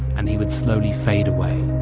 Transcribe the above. and he would slowly fade away.